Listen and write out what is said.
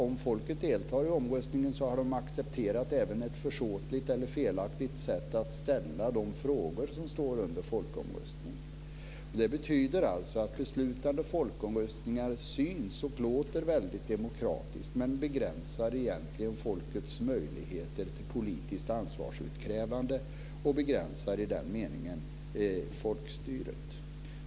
Om folket deltar i omröstningen har de även accepterat ett försåtligt eller felaktigt sätt att ställa de frågor som står under folkomröstning. Det betyder alltså att beslutande folkomröstningar synes vara och låter väldigt demokratiska, men egentligen begränsar de folkets möjligheter till politiskt ansvarsutkrävande. I den meningen begränsar de också folkstyret.